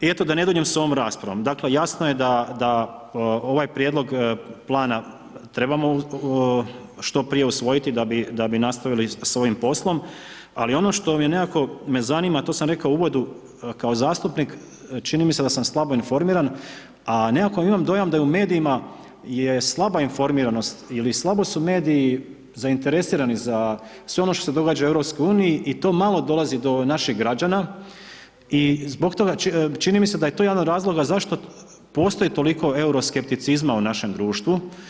I eto da ne duljim sa ovom raspravom, dakle jasno je da ovaj prijedlog plana trebamo što prije usvojiti da bi nastavili sa ovim poslom ali ono što me nekako me zanima, to sam rekao u uvodu, kao zastupnik, čini mi se da sam slabo informiran a nekako imam dojam da je u medijima je slaba informiranost ili slabo su mediji zainteresirani za sve ono što se događa u EU i to malo dolazi do naših građana i zbog toga, čini mi se da je to jedan od razloga zašto postoji toliko euroskepticizma u našem društvu.